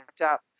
up